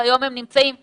היום הם נמצאים סגורים,